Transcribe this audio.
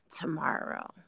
tomorrow